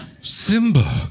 Simba